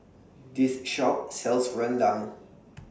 This Shop sells Rendang